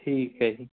ਠੀਕ ਹੈ ਜੀ